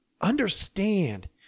Understand